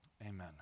Amen